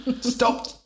Stop